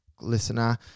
listener